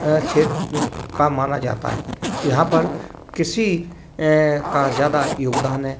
क्षेत्र का माना जाता है यहाँ पर कृषि का ज़्यादा योगदान है